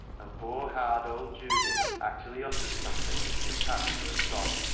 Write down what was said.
and poor, hard old judy actually uttered something which would pass for a sob.